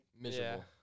miserable